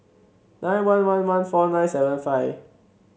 nine one one one four nine seven five